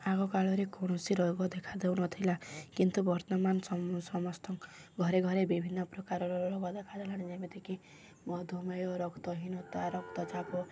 ଆଗକାଳରେ କୌଣସି ରୋଗ ଦେଖା ଦେଉନଥିଲା କିନ୍ତୁ ବର୍ତ୍ତମାନ ସମସ୍ତ ଘରେ ଘରେ ବିଭିନ୍ନ ପ୍ରକାରର ରୋଗ ଦେଖା ଦେଲାଣି ଯେମିତିକି ମଧୁମେୟ ରକ୍ତହୀନତା ରକ୍ତଚାପ